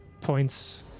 points